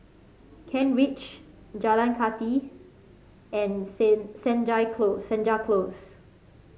Kent Ridge Jalan Kathi and Senja Close Senja Close